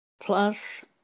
plus